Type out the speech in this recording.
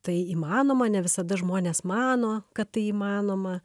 tai įmanoma ne visada žmonės mano kad tai įmanoma